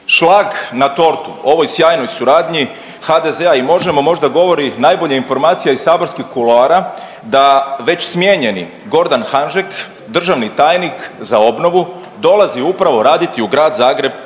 Šlag na tortu ovoj sjajnoj suradnji HDZ-a i Možemo možda govori najbolje informacija iz saborskih kuloara da već smijenjeni Gordan Hanžek državni tajnik za obnovu dolazi upravo raditi u grad Zagreb